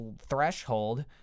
threshold